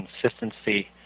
consistency